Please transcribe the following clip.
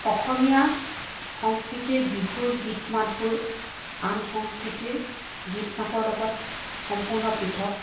অসমীয়া সংস্কৃতিৰ বিহুৰ গীত মাতবোৰ আন সংস্কৃতিৰ গীত মাতৰ লগত সম্পূৰ্ণ পৃথক